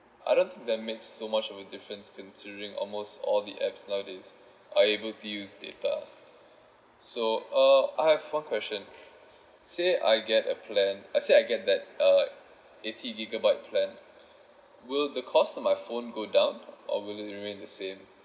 I don't think that makes so much of a difference considering almost all the apps nowadays are able to use data so uh I have one question say I get a plan I say I get that uh eighty gigabyte plan will the cost of my phone go down or will it remain the same